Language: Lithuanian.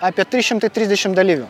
apie trys šimtai trisdešim dalyvių